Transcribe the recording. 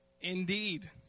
Indeed